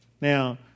Now